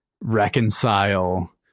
reconcile